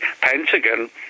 Pentagon